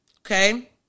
Okay